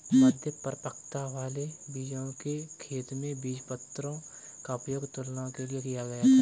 मध्य परिपक्वता वाले बीजों के खेत बीजपत्रों का उपयोग तुलना के लिए किया गया था